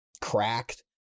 cracked